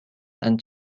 and